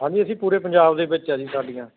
ਹਾਂਜੀ ਅਸੀਂ ਪੂਰੇ ਪੰਜਾਬ ਦੇ ਵਿੱਚ ਆ ਜੀ ਸਾਡੀਆਂ